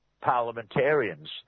parliamentarians